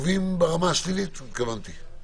מקומות לא סגורים, נעשה גם צלילונת קטנה.